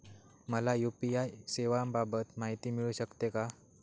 मला यू.पी.आय सेवांबाबत माहिती मिळू शकते का?